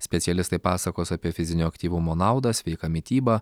specialistai pasakos apie fizinio aktyvumo naudą sveiką mitybą